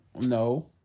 no